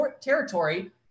territory